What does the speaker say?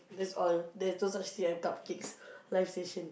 that's all there's no such thing as cupcakes live station